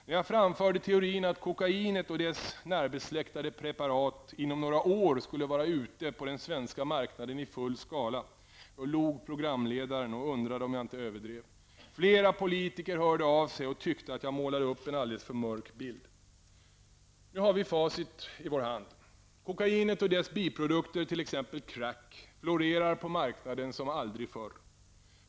När jag framförde teorin att kokainet och dess närbesläktade preparat inom några år skulle vara ute på den svenska marknaden i full skala log programledaren och undrade om jag inte överdrev. Flera politiker hörde av sig och tyckte att jag målade upp en alltför mörk bild. Nu har vi facit i vår hand. Kokainet och dess biprodukter, t.ex. crack, florerar på marknaden som aldrig förr.